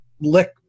lick